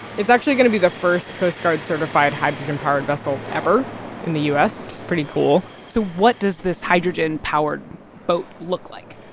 it's actually going to be the first coast guard-certified hydrogen-powered vessel ever in the u s. it's pretty cool so what does this hydrogen-powered boat look like?